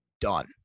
done